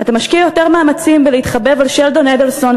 אתה משקיע יותר מאמצים בלהתחבב על שלדון אדלסון,